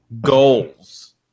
goals